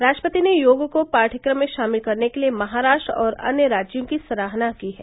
राष्ट्रपति ने योग को पाठ्यक्रम में शामिल करने के लिए महाराष्ट्र और अन्य राज्यों की सराहना की है